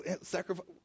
Sacrifice